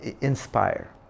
inspire